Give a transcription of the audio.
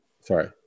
Sorry